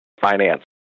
finance